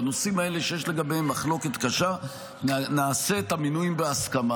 בנושאים האלה שיש לגביהם מחלוקת קשה נעשה את המינויים בהסכמה.